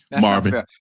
Marvin